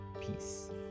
Peace